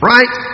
Right